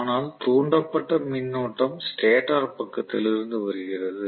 ஆனால் தூண்டப்பட்ட மின்னோட்டம் ஸ்டேட்டர் பக்கத்திலிருந்து வருகிறது